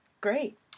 Great